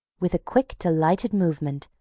with a quick, delighted movement,